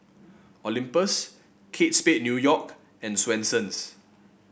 Olympus Kate Spade New York and Swensens